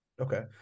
Okay